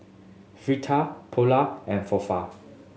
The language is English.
Fajitas Pulao and Falafel